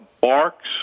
barks